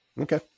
Okay